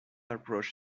approach